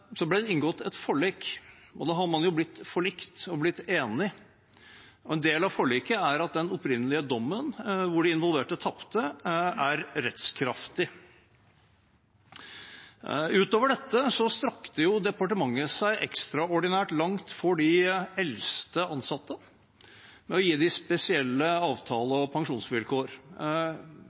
Så ble det inngått et forlik, og da har man jo blitt forlikt og blitt enige. En del av forliket er at den opprinnelige dommen, hvor de involverte tapte, er rettskraftig. Utover dette strakk departementet seg ekstraordinært langt for de eldste ansatte ved å gi dem spesielle avtaler og pensjonsvilkår.